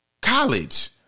college